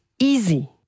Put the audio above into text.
Easy